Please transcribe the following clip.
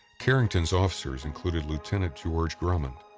carrington's officers included lieutenant george grummond,